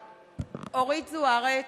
(קוראת בשמות חברי הכנסת) אורית זוארץ,